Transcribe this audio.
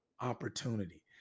opportunity